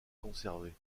conservé